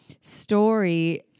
story